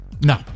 No